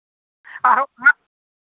ᱟᱨᱦᱚᱸ ᱦᱟᱸᱜ